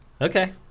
Okay